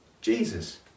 jesus